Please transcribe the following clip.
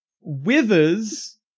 Withers